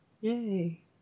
Yay